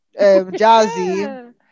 Jazzy